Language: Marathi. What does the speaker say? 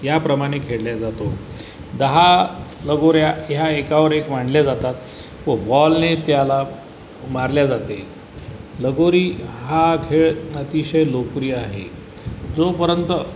याप्रमाणे खेळला जातो दहा लगोऱ्या या एकावर एक मांडल्या जातात व बॉलने त्याला मारले जाते लगोरी हा खेळ अतिशय लोकप्रिय आहे जोपर्यंत